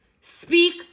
speak